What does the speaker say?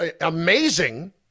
amazing